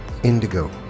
indigo